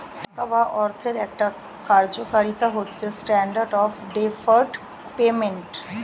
টাকা বা অর্থের একটা কার্যকারিতা হচ্ছে স্ট্যান্ডার্ড অফ ডেফার্ড পেমেন্ট